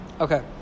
Okay